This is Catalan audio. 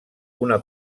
una